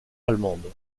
allemande